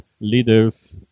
leaders